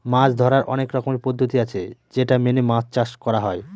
মাছ ধরার অনেক রকমের পদ্ধতি আছে যেটা মেনে মাছ চাষ করা হয়